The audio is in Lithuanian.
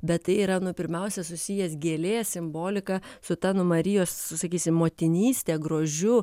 bet tai yra nu pirmiausia susijęs gėlės simbolika su ta nu marijos sakysim motinyste grožiu